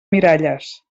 miralles